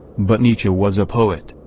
but nietzsche was a poet.